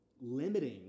limiting